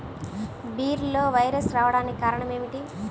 బీరలో వైరస్ రావడానికి కారణం ఏమిటి?